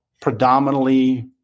predominantly